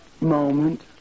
moment